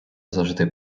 завжди